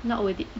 not worth it